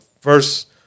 first